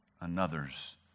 another's